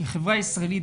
כחברה ישראלית,